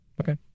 okay